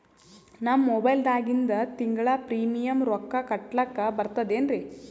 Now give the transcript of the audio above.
ನಮ್ಮ ಮೊಬೈಲದಾಗಿಂದ ತಿಂಗಳ ಪ್ರೀಮಿಯಂ ರೊಕ್ಕ ಕಟ್ಲಕ್ಕ ಬರ್ತದೇನ್ರಿ?